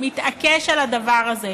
מתעקש על הדבר הזה?